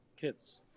kids